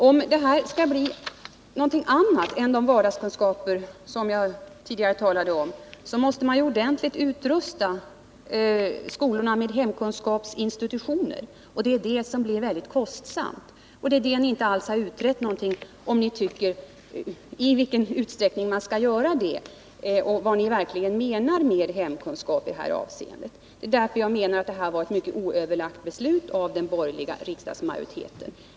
Om det skall bli någonting annat än de vardagskunskaper som jag tidigare talat om måste man ordentligt utrusta skolorna med hemkunskapsinstitutioner. Det blir mycket kostsamt. Ni har inte utrett i vilken utsträckning ni tycker att man skall göra det, och vad ni verkligen menar med hemkunskap i det sammanhanget. Därför menar jag att det här är ett mycket oöverlagt beslut av den borgerliga riksdagsmajoriteten.